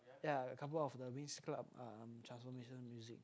ya a couple of the Winx club um transformation music